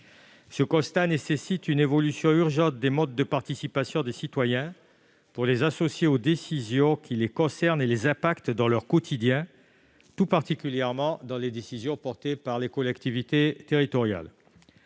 Ce constat nécessite une évolution urgente des modes de participation des citoyens pour les associer aux décisions qui les concernent et les impactent dans leur quotidien, tout particulièrement celles des collectivités territoriales.